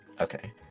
Okay